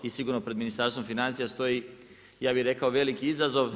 I sigurno pred Ministarstvom financija stoji ja bih rekao veliki izazov.